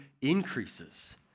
increases